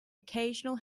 occasional